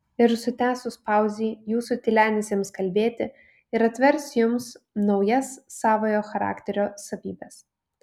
ir užsitęsus pauzei jūsų tylenis ims kalbėti ir atvers jums naujas savojo charakterio savybes